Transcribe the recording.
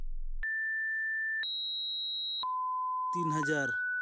ᱛᱤᱱ ᱦᱟᱡᱟᱨ